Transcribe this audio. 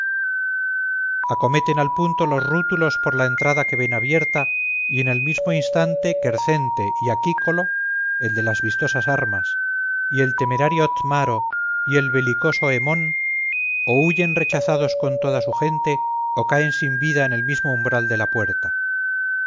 copas acometen al punto los rútulos por la entrada que ven abierta y en el mismo instante quercente y aquícolo el de las vistosas armas y el temerario tmaro y el belicoso hemón o huyen rechazados con toda su gente o caen sin vida en el mismo umbral de la puerta